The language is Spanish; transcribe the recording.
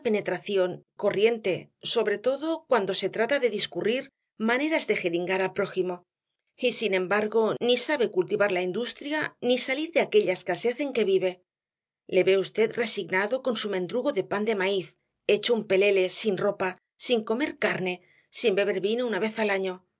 corriente sobre todo cuando se trata de discurrir maneras de jeringar al prójimo y sin embargo ni sabe cultivar la industria ni salir de aquella escasez en que vive le ve v resignado con su mendrugo de pan de maíz hecho un pelele sin ropa sin comer carne sin beber vino una vez en el año